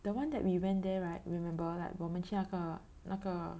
the one that we went there right remember like 我们去那个那个